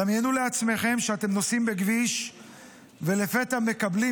דמיינו לעצמכם שאתם נוסעים בכביש ולפתע מקבלים